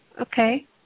Okay